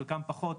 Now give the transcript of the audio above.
בחלקם פחות,